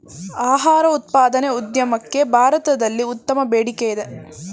ಆಹಾರ ಉತ್ಪಾದನೆ ಉದ್ಯಮಕ್ಕೆ ಭಾರತದಲ್ಲಿ ಉತ್ತಮ ಬೇಡಿಕೆಯಿದೆ